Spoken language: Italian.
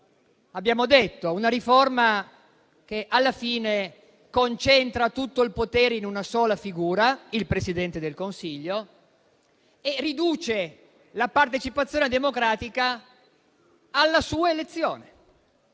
abbiamo detto che è una riforma che alla fine concentra tutto il potere in una sola figura, il Presidente del Consiglio, e riduce la partecipazione democratica alla sua elezione.